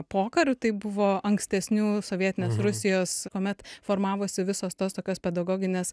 pokariu tai buvo ankstesnių sovietinės rusijos kuomet formavosi visos tos tokios pedagoginės